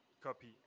copy